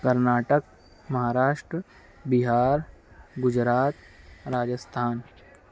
Karnataka Maharashtra Bihar Gujarat Rajasthan